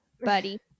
buddy